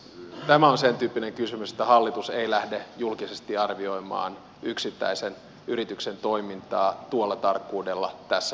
tämä on sentyyppinen kysymys että hallitus ei lähde julkisesti arvioimaan yksittäisen yrityksen toimintaa tuolla tarkkuudella tässä vaiheessa